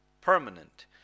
permanent